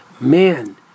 man